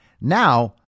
Now